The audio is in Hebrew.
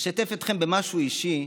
אשתף אתכם במשהו אישי.